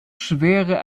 schwere